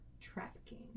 trafficking